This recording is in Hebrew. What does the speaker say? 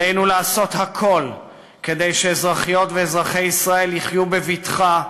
עלינו לעשות הכול כדי שאזרחיות ואזרחי ישראל יחיו בבטחה,